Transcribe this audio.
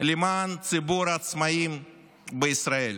למען ציבור העצמאים בישראל.